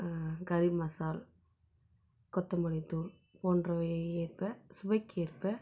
கறிமசாலா கொத்தமல்லித்தூள் போன்றவை ஏற்ப சுவைக்கேற்ப